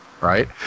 right